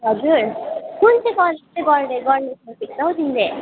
हजुर कुन चाहिँ कलेज चाहिँ गर्ने गर्ने सोचेको छौ हौ तिमीले